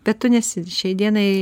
bet tu nesi šiai dienai